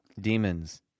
demons